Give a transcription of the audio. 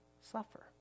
suffer